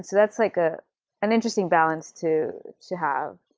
so that's like ah an interesting balance to to have.